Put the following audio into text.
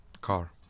Car